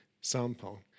sample